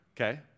okay